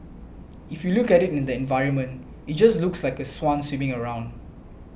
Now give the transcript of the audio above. if you look at it in the environment it just looks like a swan swimming around